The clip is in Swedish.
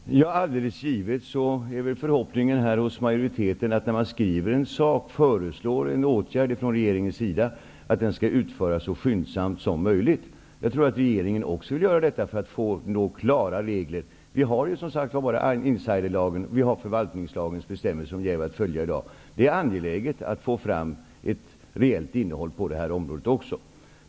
Herr talman! Alldeles givet är förhoppningen hos majoriteten, att när regeringen skriver om en sak och föreslår en åtgärd, skall det utföras så skyndsamt som möjligt. Jag tror att regeringen också vill göra det för att få klara regler. Vi har som sagt insiderlagens och förvaltningslagens bestämmelser att följa i dag. Det är angeläget att få fram ett rejält innehåll på detta område också.